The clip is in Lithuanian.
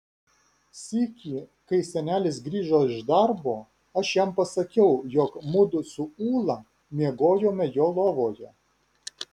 sykį kai senelis grįžo iš darbo aš jam pasakiau jog mudu su ūla miegojome jo lovoje